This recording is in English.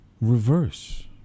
reverse